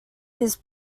his